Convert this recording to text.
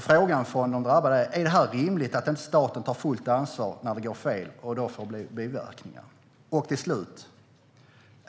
Frågan från de drabbade är om det är rimligt att staten inte tar fullt ansvar när det går fel och det blir biverkningar.